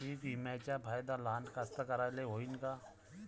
पीक विम्याचा फायदा लहान कास्तकाराइले होईन का?